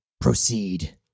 Proceed